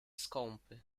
skąpy